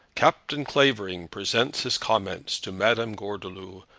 captain clavering presents his compliments to madame gordeloup,